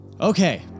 Okay